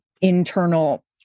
internal